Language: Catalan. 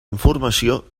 informació